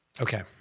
Okay